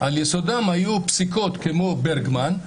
ועל יסודם היו פסיקות כמו ברגמן.